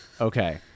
Okay